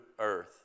earth